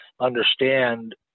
understand